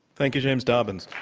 thank you, james dobbins.